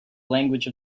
language